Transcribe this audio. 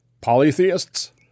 polytheists